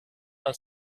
pel